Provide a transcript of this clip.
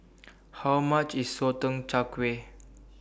How much IS Sotong Char Kway